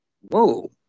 whoa